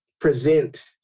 present